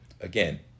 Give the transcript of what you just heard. again